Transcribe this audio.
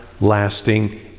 lasting